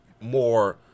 more